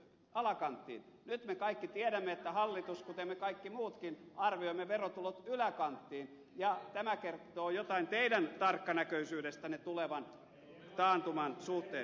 nyt me kaikki tiedämme että hallitus ja me kaikki muutkin arvioimme verotulot yläkanttiin ja tämä kertoo jotain teidän tarkkanäköisyydestänne tulevan taantuman suhteen